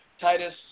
Titus